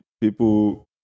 people